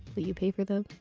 will you pay for them?